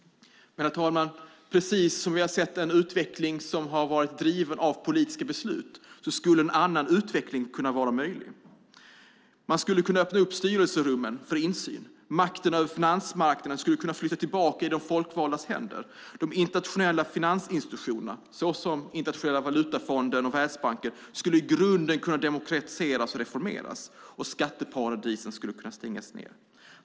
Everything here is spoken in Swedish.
Herr talman! På samma sätt som vi sett en utveckling som drivits av politiska beslut skulle en annan utveckling kunna vara möjlig. Man skulle kunna öppna upp styrelserummen för insyn. Makten över finansmarknaderna skulle kunna flyttas tillbaka i de folkvaldas händer. De internationella finansinstitutionerna, såsom Internationella valutafonden och Världsbanken, skulle i grunden kunna demokratiseras och reformeras och skatteparadisen stängas ned.